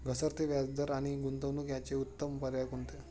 घसरते व्याजदर आणि गुंतवणूक याचे उत्तम पर्याय कोणते?